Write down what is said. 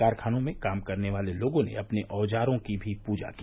कारखानों में काम करने वाले लोगों ने अपने औजारों की भी पूजा की